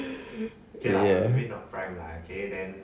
ya